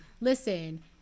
listen